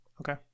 okay